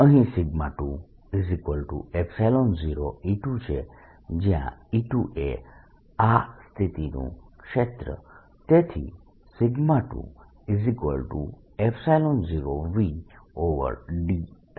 અહીં 20E2છે જ્યા E2 એ આ સ્થિતિનું ક્ષેત્ર તેથી 20 Vd થશે